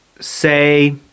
Say